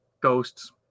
ghosts